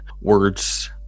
words